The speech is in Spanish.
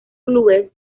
clubes